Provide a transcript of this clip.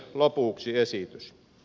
lopuksi esitys